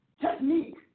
technique